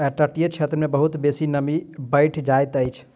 तटीय क्षेत्र मे बहुत बेसी नमी बैढ़ जाइत अछि